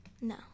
No